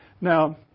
Now